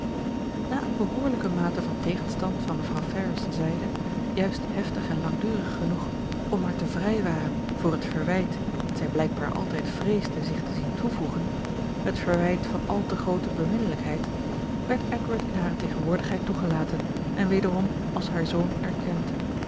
na eene behoorlijke mate van tegenstand van mevrouw ferrars zijde juist heftig en langdurig genoeg om haar te vrijwaren voor het verwijt dat zij blijkbaar altijd vreesde zich te zien toevoegen het verwijt van al te groote beminnelijkheid werd edward in hare tegenwoordigheid toegelaten en wederom als haar zoon erkend